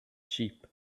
sheep